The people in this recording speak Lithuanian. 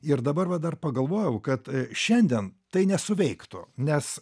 ir dabar va dar pagalvojau kad šiandien tai nesuveiktų nes